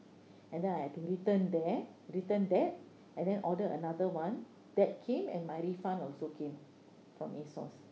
and then I had to return there return that and then order another one that came and my refund also came from a source